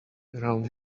around